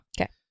okay